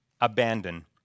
abandon